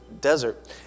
desert